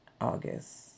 August